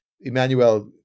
Emmanuel